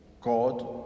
God